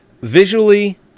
visually